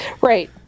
Right